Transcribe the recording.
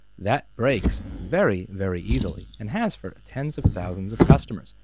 that breaks very, very easily and has for tens of thousands of customers.